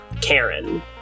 Karen